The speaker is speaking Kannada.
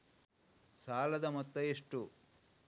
ಸಾಲದ ಮೊತ್ತ ಎಷ್ಟು?